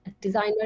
designer